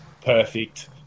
perfect